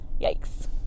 Yikes